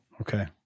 Okay